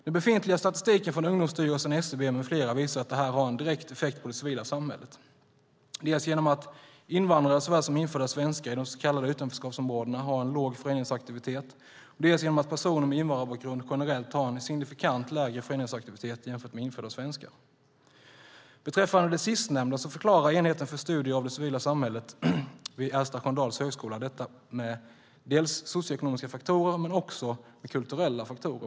Den befintliga statistiken från Ungdomsstyrelsen, SCB med flera visar att det här har en direkt effekt på det civila samhället, dels genom att invandrare såväl som infödda svenskar i de så kallade utanförskapsområdena har en låg föreningsaktivitet, dels genom att personer med invandrarbakgrund generellt har en signifikant lägre föreningsaktivitet jämfört med infödda svenskar. Beträffande det sistnämnda förklarar Enheten för forskning om det civila samhället vid Ersta Sköndal högskola detta dels med socioekonomiska faktorer, dels med kulturella faktorer.